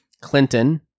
Clinton